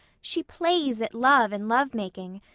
she plays at love and love-making.